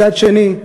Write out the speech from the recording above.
מצד שני,